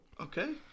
Okay